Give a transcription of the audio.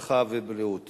הרווחה והבריאות